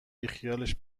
بشی